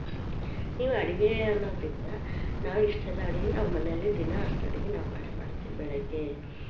ನೀವು ಅಡಿಗೆ ಅನ್ನೋದರಿಂದ ನಾವು ಇಷ್ಟೆಲ್ಲ ಅಡಿಗೆ ನಾವು ಮನೆಯಲ್ಲಿ ದಿನ ಅಷ್ಟು ಅಡಿಗೆ ನಾವು ಮಾಡೇ ಮಾಡ್ತೀವಿ ಬೆಳಗ್ಗೆ